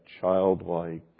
childlike